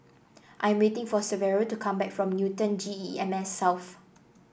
I'm waiting for Severo to come back from Newton G E M S South